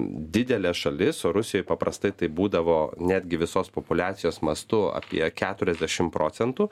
didelė šalis o rusijoj paprastai tai būdavo netgi visos populiacijos mastu apie keturiasdešim procentų